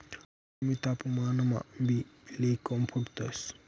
कमी तापमानमा बी ले कोम फुटतंस